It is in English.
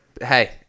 Hey